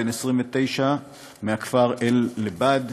בן 29 מהכפר אל-לבד,